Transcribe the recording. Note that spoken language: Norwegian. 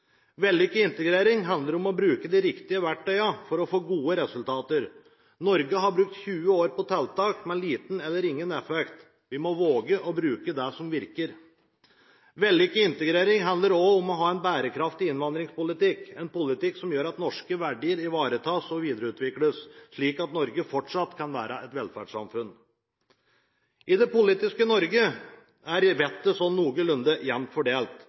Vellykket integrering handler om å bruke de riktige verktøyene for å få gode resultater. Norge har brukt 20 år på tiltak med liten eller ingen effekt. Vi må våge å bruke det som virker. Vellykket integrering handler også om å ha en bærekraftig innvandringspolitikk, en politikk som gjør at norske verdier ivaretas og videreutvikles, slik at Norge fortsatt kan være et velferdssamfunn. I det politiske Norge er vettet sånn noenlunde jevnt fordelt,